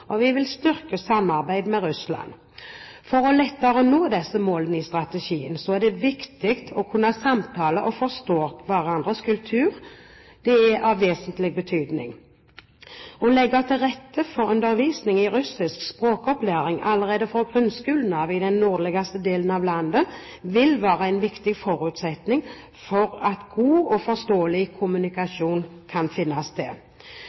strategien er det viktig å kunne samtale og forstå hverandres kultur. Det er av vesentlig betydning. Å legge til rette for undervisning i russisk språk i den nordligste delen av landet allerede fra grunnskolen av vil være en riktig forutsetning for at god og forståelig kommunikasjon kan finne sted,